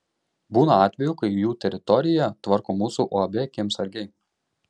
būna atvejų kai jų teritoriją tvarko mūsų uab kiemsargiai